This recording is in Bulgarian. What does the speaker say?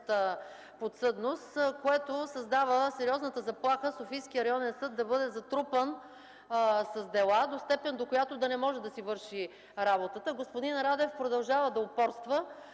подсъдност, което създава сериозната заплаха Софийският районен съд да бъде затрупан с дела до степен, до която да не може да си върши работата. Господин Радев продължава да упорства.